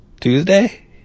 Tuesday